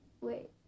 Wait